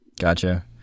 Gotcha